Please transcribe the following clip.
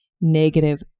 negative